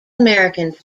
americans